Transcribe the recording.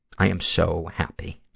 i am so happy.